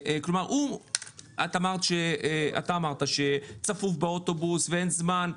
אתה אמרת שצפוף באוטובוס ואין זמן,